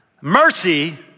Mercy